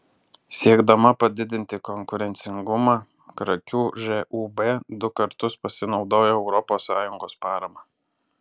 siekdama padidinti konkurencingumą krakių žūb du kartus pasinaudojo europos sąjungos parama